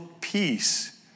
peace